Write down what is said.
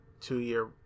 two-year